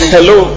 Hello